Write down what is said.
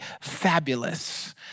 fabulous